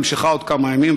היא נמשכה עוד כמה ימים,